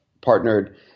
partnered